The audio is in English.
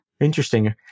Interesting